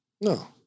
No